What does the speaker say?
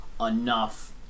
enough